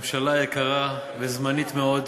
ממשלה יקרה וזמנית מאוד,